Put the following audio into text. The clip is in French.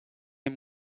est